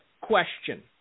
question